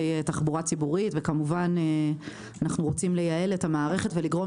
תחבורה ציבורית וכמובן אנו רוצים לייעל את המערכת ולגרום